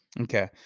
Okay